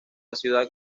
ciudad